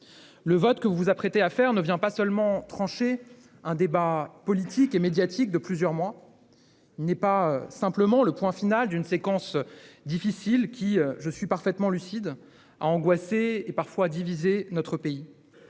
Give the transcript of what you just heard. le travail et l'impôt. Ce vote ne vient pas seulement trancher un débat politique et médiatique de plusieurs mois. Il n'est pas simplement le point final d'une séquence difficile, qui, je suis parfaitement lucide, a angoissé et parfois divisé notre pays.